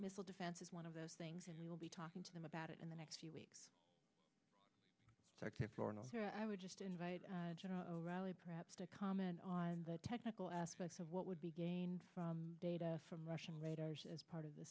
missile defense is one of those things and we will be talking to them about it in the next few weeks i would just invite perhaps to comment on the technical aspects of what would be gained from data from russian radars as part of the